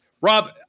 Rob